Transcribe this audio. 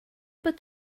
fod